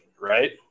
right